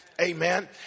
Amen